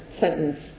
sentence